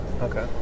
okay